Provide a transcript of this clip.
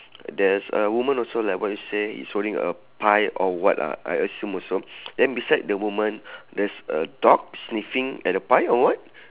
there's a woman also like what you say is holding a pie or what lah I assume also then beside the woman there's a dog sniffing at the pie or what